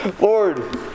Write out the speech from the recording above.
Lord